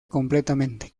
completamente